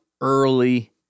early